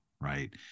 Right